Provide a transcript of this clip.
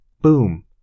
Boom